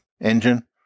engine